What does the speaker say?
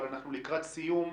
אבל אנחנו לקראת סיום.